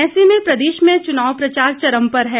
ऐसे में प्रदेश में चुनाव प्रचार चरम पर है